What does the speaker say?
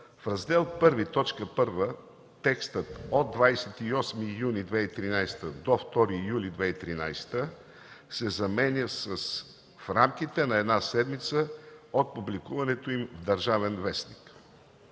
В Раздел І, т. 1 текстът „от 28 юни 2013 г. до 2 юли 2013 г.” се заменя с „в рамките на една седмица от публикуването им в „Държавен вестник”.